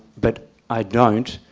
but i don't,